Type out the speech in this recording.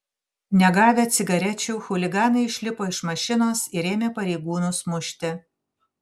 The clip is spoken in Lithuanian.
negavę cigarečių chuliganai išlipo iš mašinos ir ėmė pareigūnus mušti